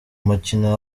mukino